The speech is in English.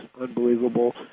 unbelievable